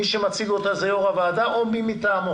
מי שמציג אותה זה יושב ראש הוועדה או מי מטעמו.